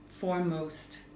foremost